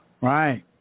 Right